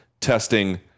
testing